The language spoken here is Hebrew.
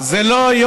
זה לא פוליטי.